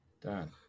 Done